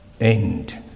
end